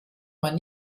man